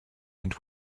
and